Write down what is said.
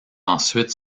ensuite